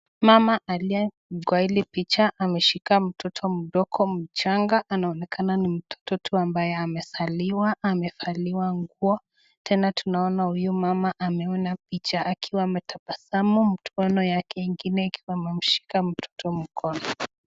Mama aliye kwa hili picha ameshika mtoto mdogo mchanga, anaonekana ni mtoto tu ambaye amezaliwa, amevaliwa nguo. Tena tunaona huyu mama ameona picha akiwa ametabasamu mkono yake ingine ikiwa amemshika mtoto mkono.